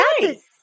nice